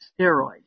steroids